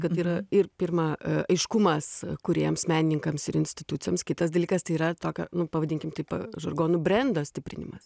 kad yra ir pirma aiškumas kūrėjams menininkams ir institucijoms kitas dalykas tai yra tokio nu pavadinkime taip žargonu brendo stiprinimas